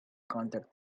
contact